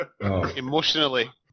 emotionally